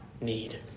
need